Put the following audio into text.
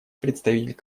представитель